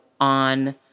on